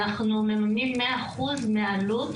אנחנו מממנים 100% מהעלות